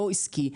לא עסקי,